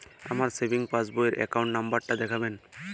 আমার savings passbook র account number টা দেখাবেন?